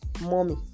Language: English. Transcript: Mommy